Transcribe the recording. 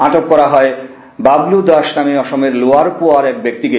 আটক তরা হয় বাবলু দাস নাম অসমের লোয়ারপোয়ার এক ব্যক্তিকে